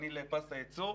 ואני לפס הייצור.